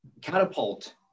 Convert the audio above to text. catapult